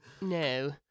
No